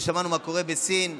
כששמענו מה קורה בסין,